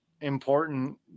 important